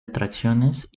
atracciones